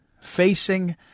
facing